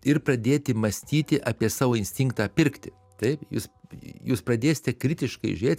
ir pradėti mąstyti apie savo instinktą pirkti taip jūs jūs pradėsite kritiškai žiūrėt